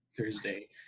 Thursday